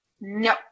no